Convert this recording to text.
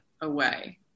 away